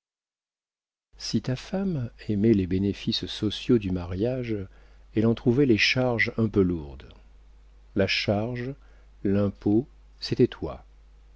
si ta femme aimait les bénéfices sociaux du mariage elle en trouvait les charges un peu lourdes la charge l'impôt c'était toi